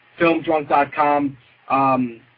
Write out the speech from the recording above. FilmDrunk.com